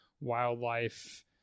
wildlife